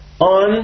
on